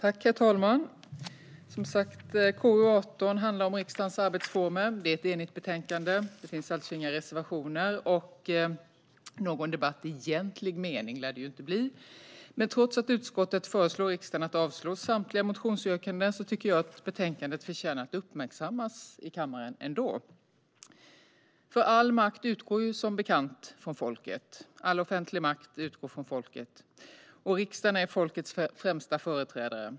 Herr talman! Som sagt handlar KU18 om riksdagens arbetsformer. Det är ett enigt betänkande. Det finns alltså inga reservationer, så någon debatt i egentlig mening lär det inte bli. Trots att utskottet föreslår riksdagen att avslå samtliga motionsyrkanden tycker jag att betänkandet förtjänar att uppmärksammas i kammaren. All offentlig makt utgår som bekant från folket, och riksdagen är folkets främsta företrädare.